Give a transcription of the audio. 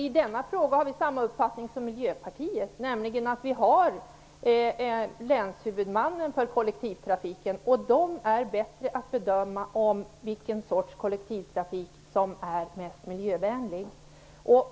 I denna fråga har vi samma uppfattning som Miljöpartiet, nämligen att vi har länshuvudmännen för kollektivtrafiken, och de är bättre på att bedöma vilken sorts kollektivtrafik som är mest miljövänlig.